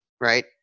right